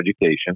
Education